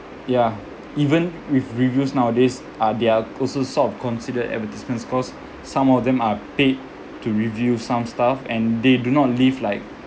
ya even with reviews nowadays uh they are also sort of considered advertisements cause some of them are paid to review some stuff and they do not leave like